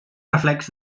reflex